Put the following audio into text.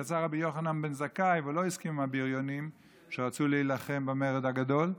יצא רבי יוחנן בן זכאי ולא הסכים עם הבריונים שרצו להילחם במרד הגדול,